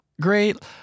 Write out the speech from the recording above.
great